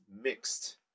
mixed